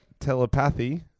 telepathy